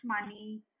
money